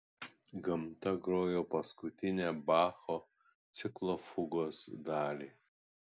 gamta grojo paskutinę bacho ciklo fugos dalį